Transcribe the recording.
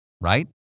right